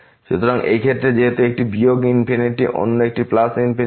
সুতরাং এই ক্ষেত্রে যেহেতু একটি বিয়োগ ইনফিনিটি অন্য একটি প্লাস ইনফিনিটি